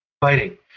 Fighting